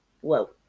Whoa